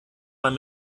man